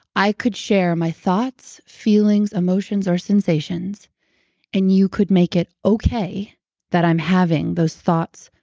i could share my thoughts, feelings, emotions or sensations and you could make it okay that i'm having those thoughts,